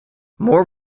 more